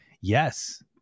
Yes